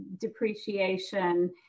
depreciation